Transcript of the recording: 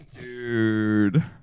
Dude